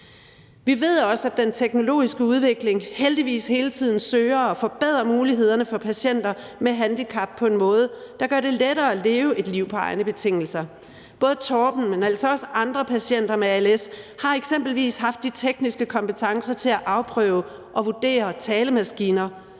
Vi ved også, at den teknologiske udvikling heldigvis hele tiden søger at forbedre mulighederne for patienter med handicap på en måde, der gør det lettere at leve et liv på egne betingelser. Både Torben, men altså også andre patienter med als har eksempelvis haft de tekniske kompetencer til at afprøve og vurdere talemaskiner,